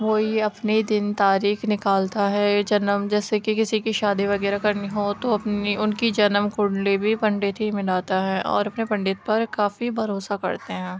وہی اپنی دن تاریخ نکالتا ہے جنم جیسے کہ کسی کی شادی وغیرہ کرنی ہو تو اپنی ان کی جنم کنڈلی بھی پنڈت ہی بناتا ہے اور اپنے پنڈت پر کافی بھروسہ کرتے ہیں